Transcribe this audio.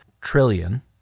trillion